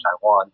Taiwan